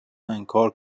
انکار